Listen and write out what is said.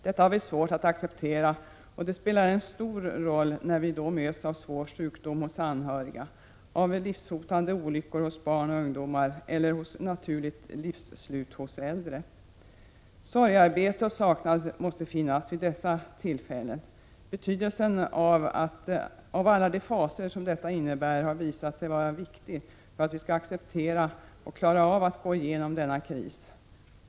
Detta har vi svårt att acceptera, och det spelar en stor roll när vi då möts av svår sjukdom hos anhöriga, av livshotande olyckor hos barn och ungdomar eller av naturligt livsslut hos äldre. Sorgearbete och saknad måste finnas vid dessa tillfällen. Betydelsen av alla de faser som detta innebär har visat sig vara viktig för att vi skall acceptera och klara av att gå igenom denna kris.